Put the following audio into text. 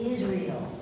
Israel